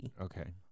Okay